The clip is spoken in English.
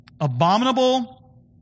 abominable